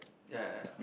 ya ya ya